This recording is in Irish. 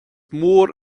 mór